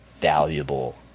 valuable